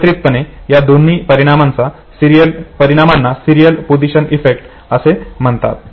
एकत्रितपणे या दोन्ही परिणामांना सिरीयल पोझिशन इफेक्ट असे म्हणतात